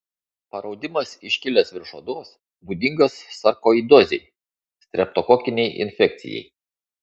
paraudimas iškilęs virš odos būdingas sarkoidozei streptokokinei infekcijai